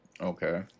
Okay